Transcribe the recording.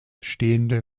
stehende